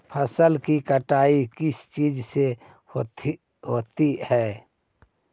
फसल की कटाई किस चीज से होती है?